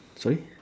sorry